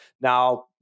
Now